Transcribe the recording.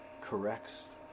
corrects